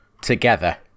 Together